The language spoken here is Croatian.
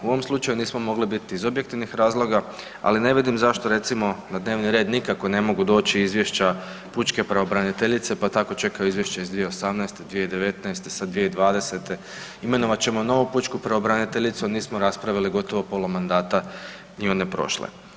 U ovom slučaju nismo mogli biti iz objektivnih razloga ali ne vidim zašto recimo na dnevni red nikako ne mogu doći izvješća pučke pravobraniteljice pa tako čekamo izvješća iz 2018., 2019., sad 2020., imenovat ćemo novu pučku pravobraniteljicu, nismo raspravili gotovo pola mandata i one prošle.